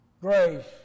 grace